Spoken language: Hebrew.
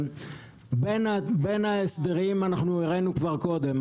בין ההסדרים אנחנו הראינו כבר קודם,